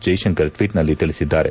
ಜೈಶಂಕರ್ ಟ್ವೀಟ್ನಲ್ಲಿ ತಿಳಿಸಿದ್ದಾರೆ